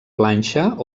planxa